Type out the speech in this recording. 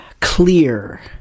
clear